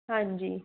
ਹਾਂਜੀ